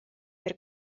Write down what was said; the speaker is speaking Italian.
per